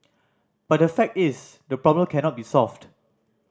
but the fact is the problem cannot be solved